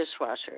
dishwasher